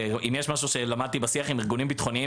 אם יש משהו שלמדתי בשיח עם ארגונים ביטחוניים